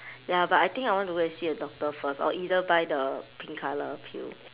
ya but I think I want to go and see a doctor first or either buy the pink colour pill